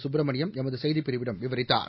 சுப்பிரமணியம் எமது செய்திப்பிரிவிடம் விவரித்தார்